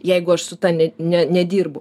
jeigu aš su ta ne ne nedirbu